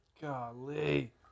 Golly